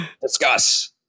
discuss